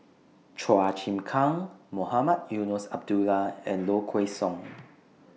Chua Chim Kang Mohamed Eunos Abdullah and Low Kway Song